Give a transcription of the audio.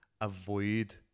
avoid